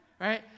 right